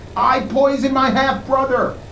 i poison my half brother.